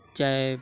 چاہے